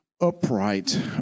upright